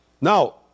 Now